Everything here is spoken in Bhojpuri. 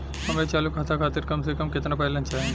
हमरे चालू खाता खातिर कम से कम केतना बैलैंस चाही?